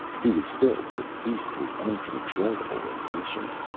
he was filled with beastly, uncontrollable impatience.